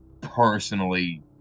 personally